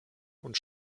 und